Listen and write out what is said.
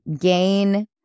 gain